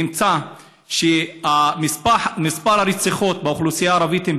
נמצא שמספר הרציחות באוכלוסייה הערבית הוא